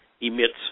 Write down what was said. emits